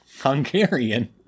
Hungarian